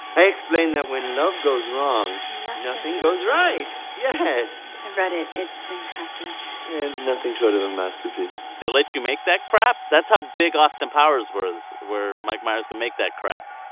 i explain that when love goes wrong. nothing goes right yes i've read it. it's impressive nothing short of a masterpiece they let you make that crap? that's how big austin powers was, where mike myers can make that crap